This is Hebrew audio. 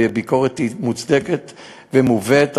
וביקורת היא מוצדקת ומובנת,